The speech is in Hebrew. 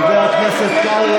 חבר הכנסת קרעי,